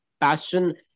passion